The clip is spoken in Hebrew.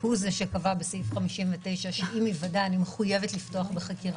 הוא זה שקבע בסעיף 59 שאם היוודע אני מחויבת לפתוח בחקירה.